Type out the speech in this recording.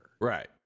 Right